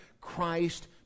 Christ